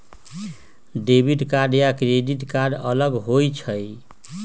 Debit card या credit card अलग होईछ ई?